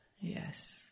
Yes